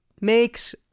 Makes